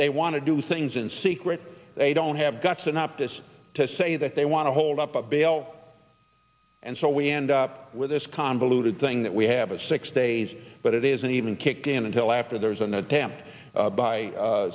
they want to do things in secret they don't have guts and optus to say that they want to hold up a bell and so we end up with this convoluted thing that we have a six days but it isn't even kicked in until after there's an attempt